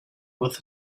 with